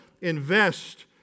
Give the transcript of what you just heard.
invest